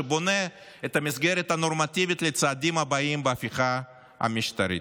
שבונה את המסגרת הנורמטיבית לצעדים הבאים בהפיכה המשטרית.